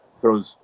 throws